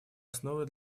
основой